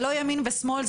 זה לא ימין ושמאל,